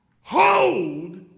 Hold